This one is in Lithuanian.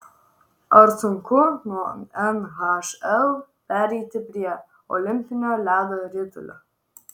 ar sunku nuo nhl pereiti prie olimpinio ledo ritulio